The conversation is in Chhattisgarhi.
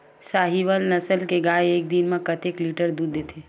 साहीवल नस्ल गाय एक दिन म कतेक लीटर दूध देथे?